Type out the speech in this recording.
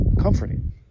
comforting